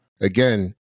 Again